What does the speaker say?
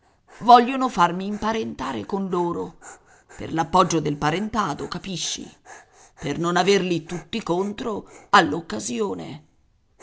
vogliono farmi imparentare con loro per l'appoggio del parentado capisci per non averli tutti contro all'occasione